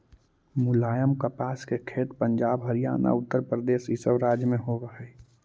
मुलायम कपास के खेत पंजाब, हरियाणा, उत्तरप्रदेश इ सब राज्य में होवे हई